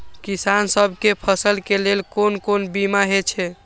किसान सब के फसल के लेल कोन कोन बीमा हे छे?